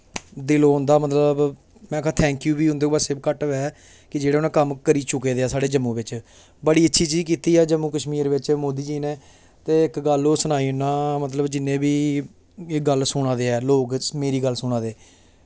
दिलों उंदा मतलब में आखां थैंक यू बी उंदे बास्तै घट्ट होऐ कि जेह्ड़े उ'नें कम्म करी चुके दे ऐं साढ़े जम्मू बिच बड़ी अच्छी चीज कीती ऐ जम्मू कश्मीर बिच मोदी जी ने ते इक गल्ल होर सनाई औना मतलब जि'न्ने बी एह् गल्ल सुना दे ऐ लोग मेरी गल्ल सुना दे